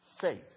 faith